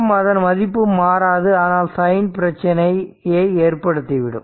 மற்றும் அதன் மதிப்பு மாறாது ஆனால் சைன் பிரச்சினையை ஏற்படுத்திவிடும்